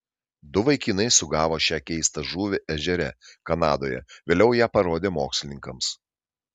du vaikinai sugavo šią keistą žuvį ežere kanadoje vėliau ją parodė mokslininkams